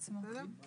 בסדר?